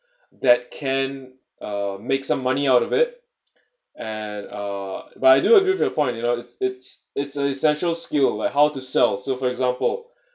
that can uh make some money out of it at uh but I do agree with your point you know it's it's it's a essential skill like how to sell so for example